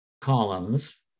columns